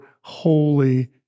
holy